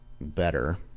better